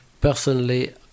Personally